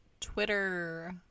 Twitter